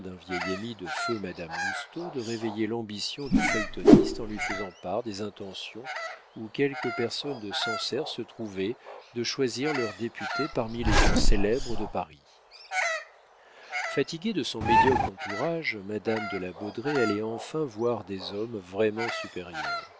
vieil ami de feu madame lousteau de réveiller l'ambition du feuilletoniste en lui faisant part des intentions où quelques personnes de sancerre se trouvaient de choisir leur député parmi les gens célèbres de paris fatiguée de son médiocre entourage madame de la baudraye allait enfin voir des hommes vraiment supérieurs